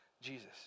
Jesus